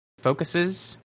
Focuses